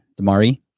Damari